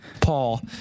Paul